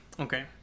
Okay